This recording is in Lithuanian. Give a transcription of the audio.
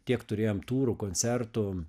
tiek turėjome turų koncertų